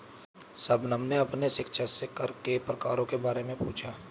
शबनम ने अपने शिक्षक से कर के प्रकारों के बारे में पूछा